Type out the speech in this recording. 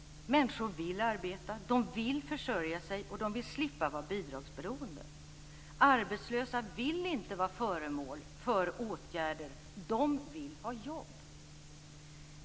Människor vill arbeta. De vill försörja sig, och de vill slippa vara bidragsberoende. Arbetslösa vill inte vara föremål för åtgärder. De vill ha jobb.